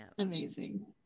amazing